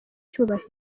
cyubahiro